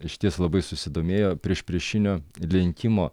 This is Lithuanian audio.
išties labai susidomėjo priešpriešinio lenkimo